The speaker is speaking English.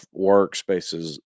workspaces